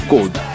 Code